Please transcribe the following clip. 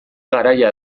garaia